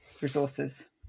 resources